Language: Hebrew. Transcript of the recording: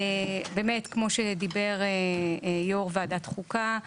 כמו שאמר יושב-ראש ועדת חוקה,